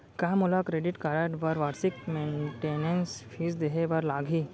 का मोला credit card बर वार्षिक मेंटेनेंस फीस देहे बर लागही?